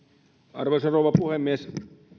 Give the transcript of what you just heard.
arvoisa rouva puhemies